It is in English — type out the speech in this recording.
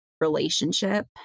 relationship